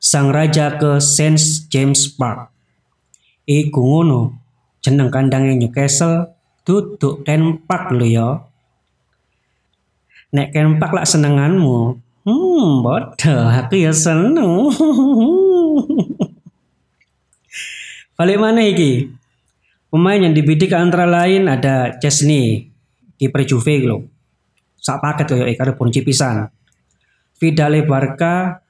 Sang raja ke St. James Park. Iku ngono, jeneng kandange Newcastle, duduk ten park lho ya. Nek ken park lak senenganmu, hmm, bodoh, aku ya seneng. Balik maneh iki, pemain yang dibidik antara lain ada Chesney, kiper Juve lho. Sak paket koyo iki karo Bonucci pisan. Vidal Barca,